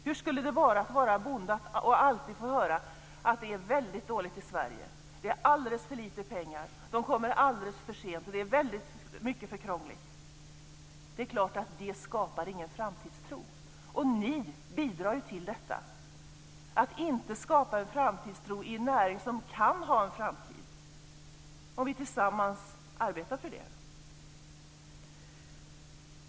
Hur skulle det vara att vara bonde och alltid få höra att det är väldigt dåligt i Sverige, att det är alldeles för lite pengar, att de kommer alldeles för sent och att det är alldeles för krångligt? Det är klart att det inte skapar någon framtidstro. Ni bidrar till att inte skapa en framtidstro i en näring som kan ha en framtid om vi tillsammans arbetar för det.